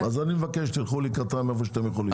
טוב, אז אני מבקש תלכו לקראתם איפה שאתם יכולים.